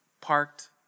parked